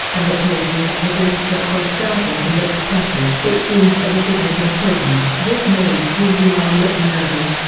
and the places it had been struck were starting to look purple. it seemed as if it had been poisoned. this made zhou yumei look nervous,